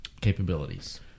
capabilities